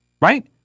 Right